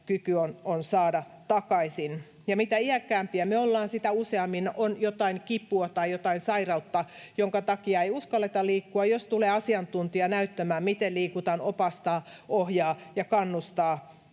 on saada takaisin. Ja mitä iäkkäämpiä me ollaan, sitä useammin on jotain kipua tai jotain sairautta, jonka takia ei uskalleta liikkua, ja jos tulee asiantuntija näyttämään, miten liikutaan, opastaa, ohjaa ja kannustaa,